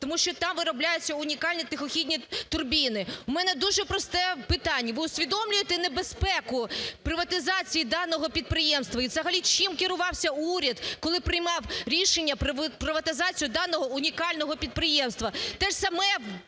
тому що там виробляється унікальні тихохідні турбіни. В мене дуже просте питання: ви усвідомлюєте небезпеку приватизації даного підприємства? І взагалі чим керувався уряд, коли приймав рішення про приватизацію даного унікального підприємства. Те ж саме